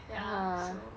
ya so